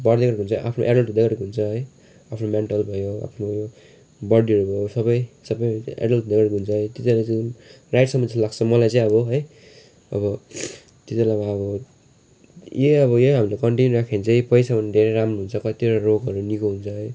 बढ्दै गरेको हुन्छ आफ्नो एडल्ट हुँदै गरेको हुन्छ है आफ्नो मेन्टल भयो आफ्नो बडीहरू भयो सबै सबै एडल्ट हुँदै गरेको हुन्छ है त्यति बेला चाहिँ राइट समय चाहिँ लाग्छ मलाई चाहिँ अब है अब तिनीहरूलाई म अब यही अब यही हामीले कन्टिन्यु राख्यो भने चाहिँ पछिसम्म धेरै राम्रो हुन्छ कतिवटा रोगहरू निको हुन्छ है